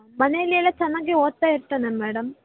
ಮನೇಲ್ಲಿ ಎಲ್ಲ ಚೆನ್ನಾಗೇ ಓದ್ತಾ ಇರ್ತಾನೆ ಮೇಡಮ್